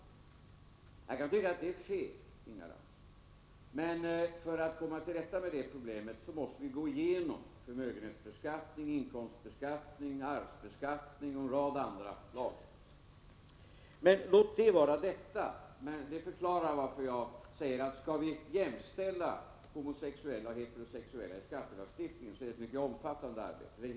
Man kan tycka att det är fel, Inga Lantz, men för att komma till rätta med det problemet måste vi gå igenom lagstiftningen om förmögenhetsbeskattning, inkomstbeskattning, arvsbeskattning och en rad andra lagar. Låt detta vara detta, men det förklarar varför jag säger att om vi skall jämställa homosexuella och heterosexuella i skattelagstiftningen, så innebär det ett mycket omfattande arbete.